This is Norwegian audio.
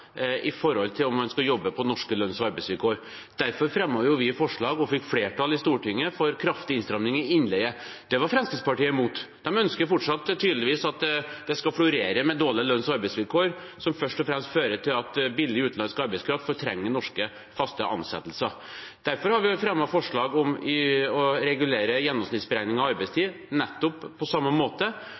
i forhold til om man skulle jobbe på norske lønns- og arbeidsvilkår. Derfor fremmet vi forslag og fikk flertall i Stortinget for en kraftig innstramning i innleie. Det var Fremskrittspartiet imot. De ønsker tydeligvis fortsatt at det skal florere med dårlige lønns- og arbeidsvilkår, som først og fremst fører til at billig, utenlandsk arbeidskraft fortrenger norske faste ansettelser. Derfor har vi på samme måte fremmet forslag om å regulere gjennomsnittsberegningen av arbeidstid nettopp